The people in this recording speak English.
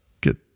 get